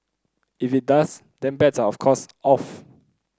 if it does then bets are of course off